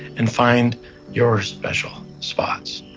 and find your special spots